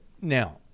now